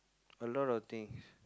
a lot of things